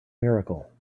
miracle